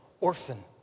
orphan